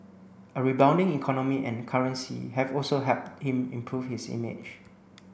a rebounding economy and currency have also helped him improve his image